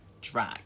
drag